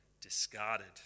discarded